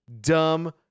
dumb